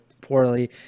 poorly